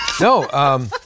No